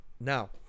Now